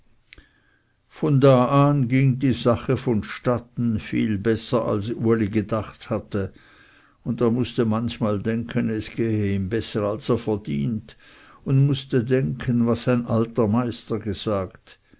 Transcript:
von da an ging die sache vonstatten viel besser als uli gedacht hatte und er mußte manchmal denken es gehe ihm besser als er verdient und mußte denken was sein alter meister gesagt